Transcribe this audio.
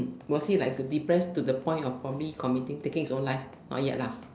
was he like could depressed to the point of promptly committing taking his own life not yet lah